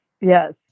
yes